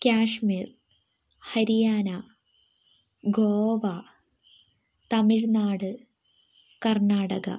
Kashmir Haryana Goa Tamil Nadu Karnataka